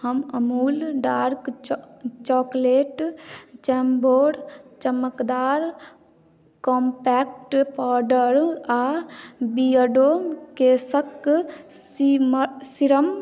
हम Amul dark chocolate Chambor चमकदार compact powder आ बिएडो केसक सीरम